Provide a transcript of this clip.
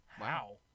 Wow